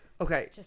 Okay